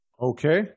Okay